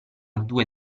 due